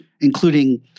including